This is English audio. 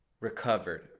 recovered